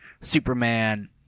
Superman